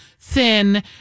thin